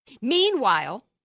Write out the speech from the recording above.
Meanwhile